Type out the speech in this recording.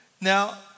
Now